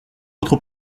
votre